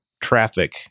traffic